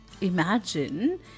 imagine